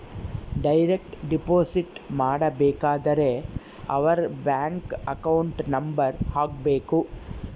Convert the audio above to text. direct deposit ಮಾಡಬೇಕಾದರೆ ಅವರ್ bank account number ಹಾಕ್ಬೆಕು